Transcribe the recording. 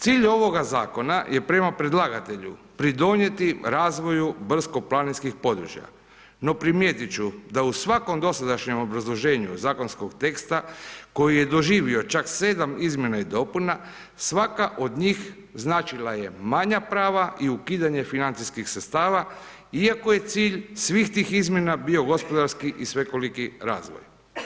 Cilj ovoga zakona je prema predlagatelju, pridonijeti razvoju brdsko-planinskih područja, no primijetit ću da u svakom dosadašnjem rješenju zakonskog teksta koji je doživio čak 7 izmjena i dopuna svaka od njih značila je manja prva i ukidanje financijskih sredstava iako je cilj svih tih izmjena bio gospodarski i svekoliki razvoj.